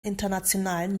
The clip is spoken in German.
internationalen